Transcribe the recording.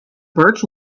birch